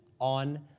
on